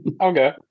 Okay